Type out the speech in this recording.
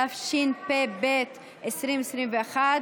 התשפ"ב 2021,